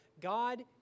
God